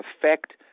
affect